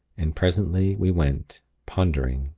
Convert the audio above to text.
and presently we went, pondering,